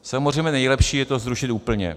Samozřejmě nejlepší je to zrušit úplně.